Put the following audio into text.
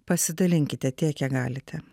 pasidalinkite tiek kiek galite